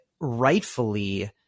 rightfully